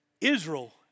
Israel